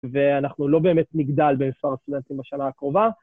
ואנחנו לא באמת נגדל בכפר הסטודנטים בשנה הקרובה.